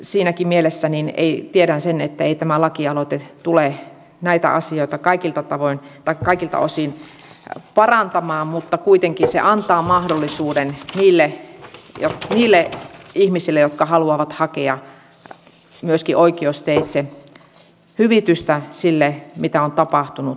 siinäkin mielessä tiedän sen että tämä lakialoite ei tule näitä asioita kaikilta osin parantamaan mutta kuitenkin se antaa mahdollisuuden niille ihmisille jotka haluavat hakea myöskin oikeusteitse hyvitystä sille mitä on tapahtunut